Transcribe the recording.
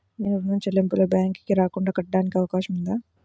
నేను ఋణం చెల్లింపులు బ్యాంకుకి రాకుండా కట్టడానికి అవకాశం ఉందా?